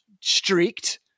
streaked